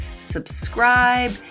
subscribe